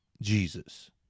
Jesus